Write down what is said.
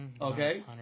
Okay